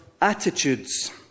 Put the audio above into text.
attitudes